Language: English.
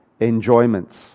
enjoyments